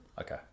Okay